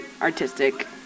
artistic